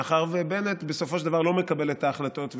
מאחר שבנט בסופו של דבר לא מקבל את ההחלטות,